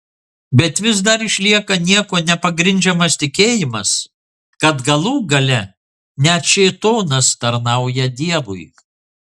bet vis dar išlieka niekuo nepagrindžiamas tikėjimas kad galų gale net šėtonas tarnauja dievui